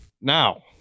Now